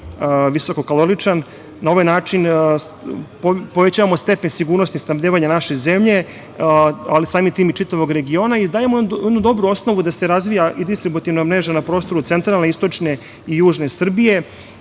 visoko kaloričan, na ovaj način povećavamo stepen sigurnosti snabdevanja naše zemlje, ali samim tim i čitavog regiona. Dajemo i dobru osnovu da se razvija i distributivna mreža na prostoru centralne i istočne i južne Srbije.